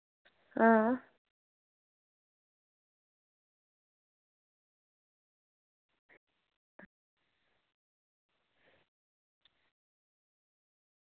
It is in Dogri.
हां